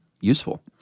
useful